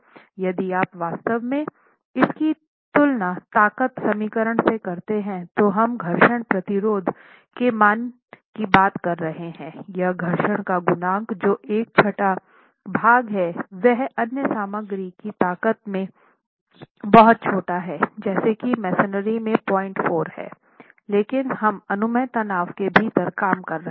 इसलिए यदि आप वास्तव में इसकी तुलना ताकत समीकरण से करते हैं तो हम घर्षण प्रतिरोध के मान की बात कर रहे हैं यह घर्षण का गुणांक जो एक छठा भाग है वह अन्य सामग्री की ताकत में बहुत छोटा है जैसे की मेसनरी में 04 है लेकिन हम अनुमेय तनाव के भीतर काम कर रहे हैं